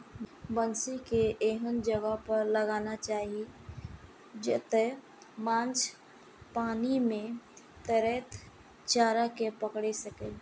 बंसी कें एहन जगह पर लगाना चाही, जतय माछ पानि मे तैरैत चारा कें पकड़ि सकय